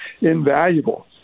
invaluable